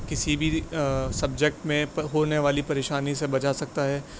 کسی بھی سبجیکٹ میں پر ہونے والی پریشانی سے بچا سکتا ہے